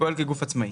פועל כגוף עצמאי.